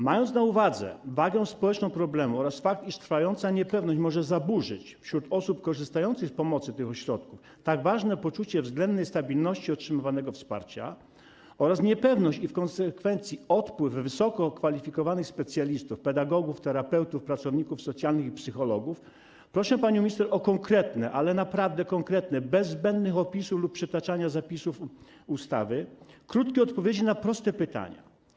Mając ma uwadze ciężar społeczny problemu oraz fakt, iż trwająca niepewność może zaburzyć wśród osób korzystających z pomocy tych ośrodków tak ważne poczucie względnej stabilności otrzymywanego wsparcia, a także niepewność i w konsekwencji odpływ wysokokwalifikowanych specjalistów, pedagogów, terapeutów, pracowników socjalnych i psychologów, proszę panią minister o konkretne, ale naprawdę konkretne, bez zbędnych opisów lub przytaczania zapisów ustawy, krótkie odpowiedzi na proste pytania.